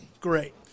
Great